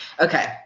Okay